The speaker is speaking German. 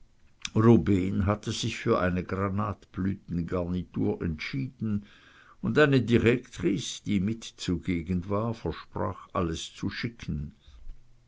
hatte sich für eine granatblütengarnitur entschieden und eine direktrice die mit zugegen war versprach alles zu schicken